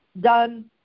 done